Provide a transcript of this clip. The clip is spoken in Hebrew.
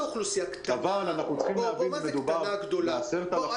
אבל אנחנו צריכים להבין אם מדובר ב-10,000